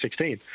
2016